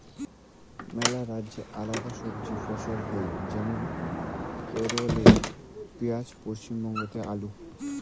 মেলা রাজ্যে আলাদা সবজি ফছল হই যেমন কেরালে পেঁয়াজ, পশ্চিমবঙ্গতে আলু